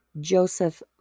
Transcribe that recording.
Joseph